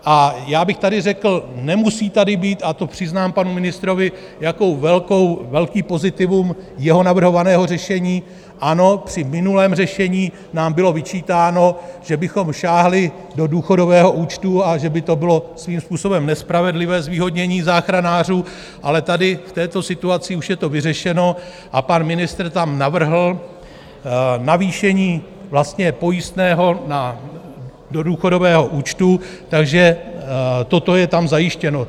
A já bych tady řekl, nemusí tady být a to přiznám panu ministrovi jako velké pozitivum jeho navrhovaného řešení i při minulém řešení nám bylo vyčítáno, že bychom sáhli do důchodového účtu a že by to bylo svým způsobem nespravedlivé zvýhodnění záchranářů, ale tady v této situaci už je to vyřešeno a pan ministr tam navrhl navýšení pojistného do důchodového účtu, takže toto je tam zajištěno.